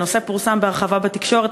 הנושא פורסם בהרחבה בתקשורת,